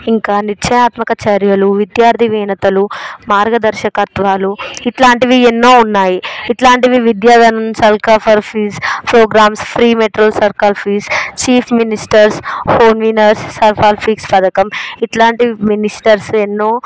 ఇంకా నిత్యాత్మక చర్యలు విద్యార్థి విజ్ఞతలు మార్గదర్శకత్వాలు ఇలాంటివి ఎన్నో ఉన్నాయి ఇలాంటివి విద్యాధనం చౌక ఫర్ ఫీజ్ ప్రోగ్రామ్స్ ఫ్రీమెట్రో సర్కార్ fees chief ministers home ministers సర్కార్ ఫీస్ పథకం ఇలాంటివి మినిస్టర్స్ ఎన్నో